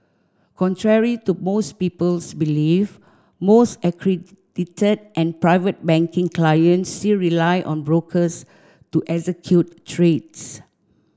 contrary to most people's belief most accredited and Private Banking clients still rely on brokers to execute trades